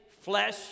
flesh